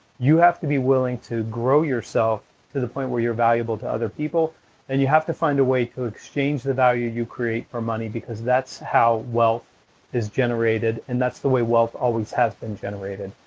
you have to be willing to grow yourself to the point that you're valuable to other people and you have to find a way to exchange the value you create for money because that's how wealth is generated and that's the way wealth always has been generated.